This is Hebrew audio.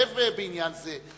להתערב בעניין זה,